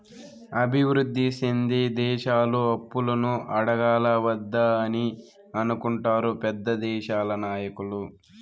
అభివృద్ధి సెందే దేశాలు అప్పులను అడగాలా వద్దా అని అనుకుంటారు పెద్ద దేశాల నాయకులు